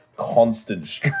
Constant